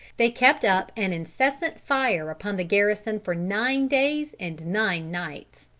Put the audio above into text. they kept up an incessant fire upon the garrison for nine days and nine nights.